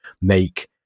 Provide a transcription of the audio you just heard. make